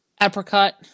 Apricot